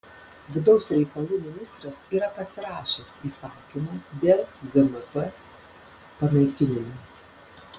vidaus reikalų ministras yra pasirašęs įsakymą dėl gmp panaikinimo